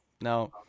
now